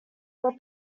were